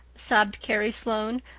sobbed carrie sloane.